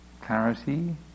clarity